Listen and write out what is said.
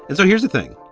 and so here's the thing,